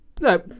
no